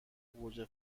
گوجه